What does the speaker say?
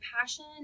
passion